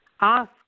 ask